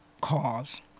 cause